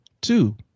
two